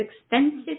extensive